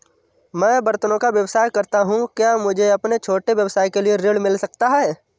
मैं बर्तनों का व्यवसाय करता हूँ क्या मुझे अपने छोटे व्यवसाय के लिए ऋण मिल सकता है?